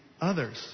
others